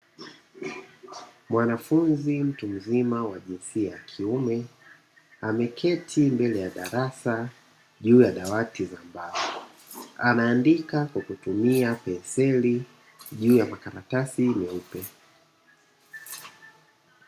Mwanafunzi mtu mzima wa jinsia ya kiume ameketi mbele ya darasa juu ya dawati za mbao, anaandika kwa kutumia penseli juu ya makaratasi meupe.